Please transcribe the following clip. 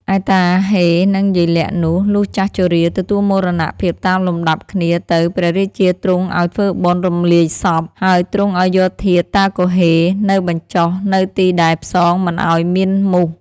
ឯតាហ៊េ និង យាយលាក់នោះ លុះចាស់ជរា ទទួលមរណភាពតាមលំដាប់គ្នាទៅព្រះរាជាទ្រង់ឲ្យធ្វើបុណ្យរំលាយសព ហើយទ្រង់ឲ្យយកធាតុតាគហ៊េ នៅបញ្ចុះនៅទីដែលផ្សងមិនឲ្យមានមូស។